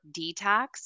detox